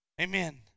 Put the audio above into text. Amen